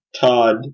Todd